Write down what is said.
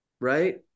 right